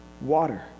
water